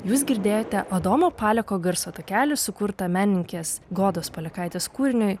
jūs girdėjote adomo paleko garso takelį sukurtą menininkės godos palekaitės kūriniui